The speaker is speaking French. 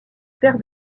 père